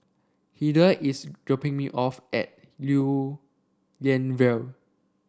Hildur is dropping me off at Lew Lian Vale